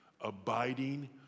abiding